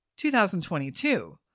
2022